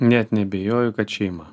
net neabejoju kad šeima